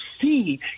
see